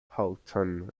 houghton